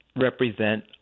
represent